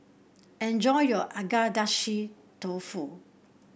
enjoy your Agedashi Dofu